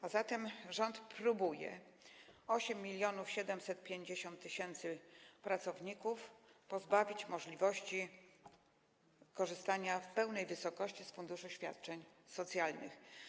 A zatem rząd próbuje 8750 tys. pracowników pozbawić możliwości korzystania w pełnej wysokości z funduszu świadczeń socjalnych.